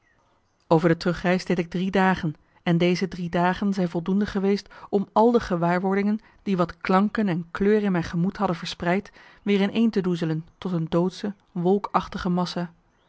over de terugreis deed ik drie dagen en deze drie dagen zijn voldoende geweest om al de gewaarwordingen die at klanken en kleur in mijn gemoed hadden verspreid weer ineen te doezelen tot een doodsche wolkachtige massa